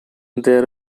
there